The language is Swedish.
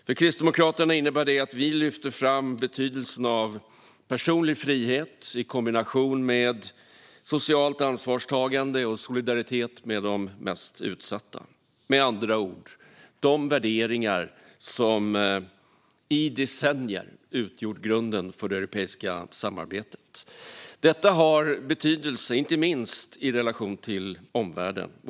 För Kristdemokraterna innebär det att vi lyfter fram betydelsen av personlig frihet i kombination med socialt ansvarstagande och solidaritet med de mest utsatta - med andra ord de värderingar som i decennier utgjort grunden för det europeiska samarbetet. Detta har betydelse, inte minst i relation till omvärlden.